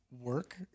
work